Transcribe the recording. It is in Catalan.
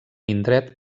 indret